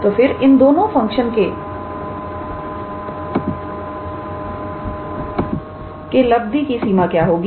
तो फिर इन दोनों फंक्शन के लब्धि की सीमा क्या होगी